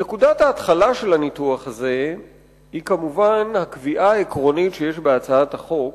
נקודת ההתחלה של הניתוח הזה היא כמובן הקביעה העקרונית שיש בהצעת החוק,